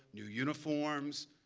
new uniforms,